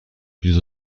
plus